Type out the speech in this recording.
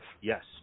yes